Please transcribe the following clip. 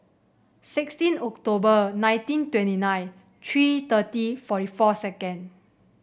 sixteen October nineteen twenty nine three thirty forty four second